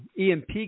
EMP